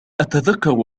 أتذكر